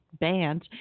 bands